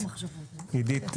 עידית,